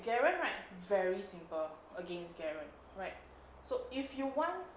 garen right very simple against garen right so if you want